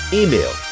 email